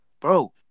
Bro